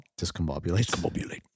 Discombobulate